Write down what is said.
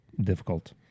difficult